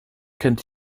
kennt